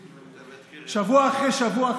כמעט שבוע אחרי שבוע,